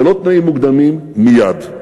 ללא תנאים מוקדמים, מייד.